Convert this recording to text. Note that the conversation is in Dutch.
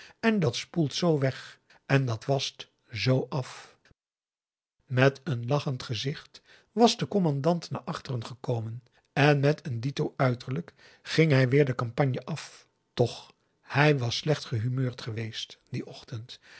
en dat spoelt zoo weg en dat wascht zoo af met een lachend gezicht was de commandant naar achteren gekomen en met een dito uiterlijk ging hij weer de kampanje af toch hij was slecht gehumeurd geweest dien ochtend